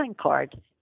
card